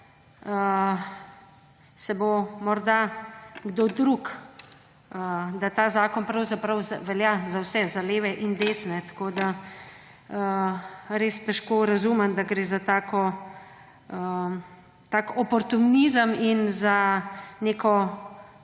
se bo morda kdo drug …, da ta zakon pravzaprav velja za vse – za leve in desne. Res težko razumem, da gre za tak oportunizem in za neko